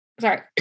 sorry